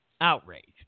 outraged